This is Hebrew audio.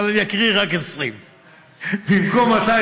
אבל אני אקריא רק 20. במקום 200,